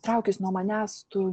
traukis nuo manęs tu